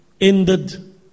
ended